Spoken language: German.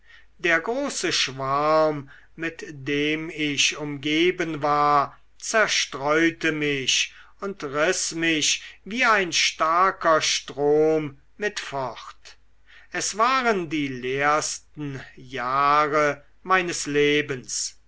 der große schwarm mit dem ich umgeben war zerstreute mich und riß mich wie ein starker strom mit fort es waren die leersten jahre meines lebens